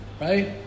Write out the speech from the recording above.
Right